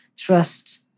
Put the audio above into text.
Trust